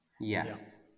Yes